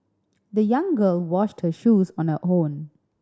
the young girl washed her shoes on her own